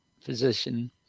physician